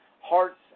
hearts